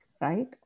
right